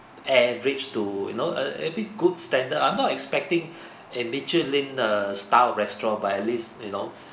average to you know a a bit good standard I'm not expecting a michelin err style of restaurant but at least you know